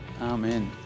Amen